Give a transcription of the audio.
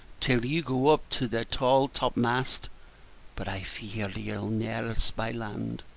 till you go up to the tall top-mast but i fear you'll ne'er spy land.